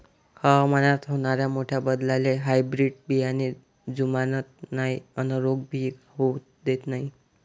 हवामानात होनाऱ्या मोठ्या बदलाले हायब्रीड बियाने जुमानत नाय अन रोग भी होऊ देत नाय